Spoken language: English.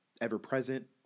ever-present